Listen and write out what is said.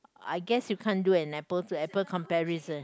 I guess you can't do an apple to apple comparison